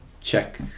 check